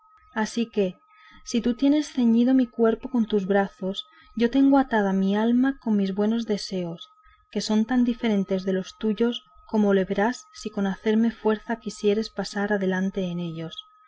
así que si tú tienes ceñido mi cuerpo con tus brazos yo tengo atada mi alma con mis buenos deseos que son tan diferentes de los tuyos como lo verás si con hacerme fuerza quisieres pasar adelante en ellos